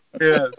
Yes